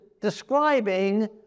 describing